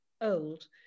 old